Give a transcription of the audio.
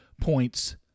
points